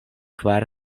kvar